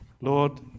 Lord